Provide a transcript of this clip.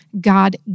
God